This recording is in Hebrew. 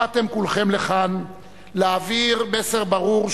באתם כולכם לכאן להעביר מסר ברור,